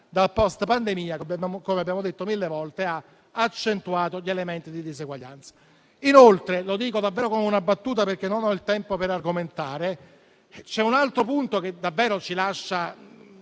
dal *post*-pandemia che - come abbiamo ripetuto mille volte - ha accentuato gli elementi di diseguaglianza. Inoltre - lo dico davvero come una battuta, perché non ho il tempo per argomentare - c'è un altro punto che davvero ci lascia